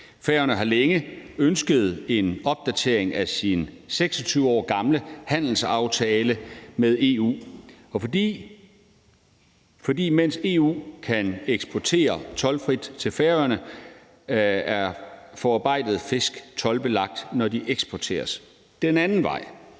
Færøerne har længe ønsket en opdatering af deres 26 år gamle handelsaftale med EU, for mens EU kan eksportere toldfrit til Færøerne, er forarbejdede fisk toldbelagt, når de eksporteres den anden vej.